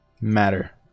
Matter